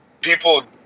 people